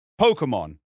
Pokemon